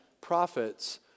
prophets